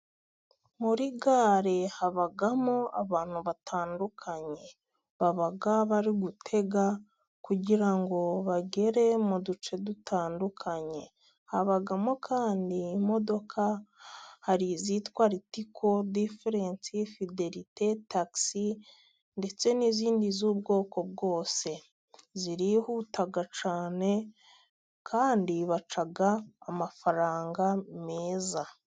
Muri gare habamo abantu batandukanye, baba bari gutega kugira ngo bagere mu duce dutandukanye, habamo kandi imodoka hari izitwa ritiko, diferensi, fidelite, taxi ndetse n'izindi z'ubwoko bwose zirihuta cyane kandi baca amafaranga meza.